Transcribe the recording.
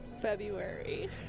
february